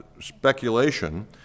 speculation